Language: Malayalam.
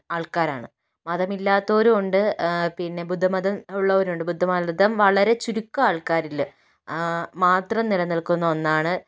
ആൾക്കാരാണ് മതമില്ലാത്തവരുമുണ്ട് പിന്നെ ബുദ്ധമതം ഉള്ളവരുണ്ട് ബുദ്ധമതം വളരെ ചുരുക്കം ആൾക്കാരിൽ മാത്രം നിലനിൽക്കുന്ന ഒന്നാണ്